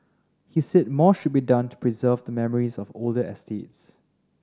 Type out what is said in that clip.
he said more should be done to preserve the memories of older estates